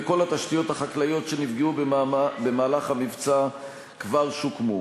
וכל התשתיות החקלאיות שנפגעו במהלך המבצע כבר שוקמו.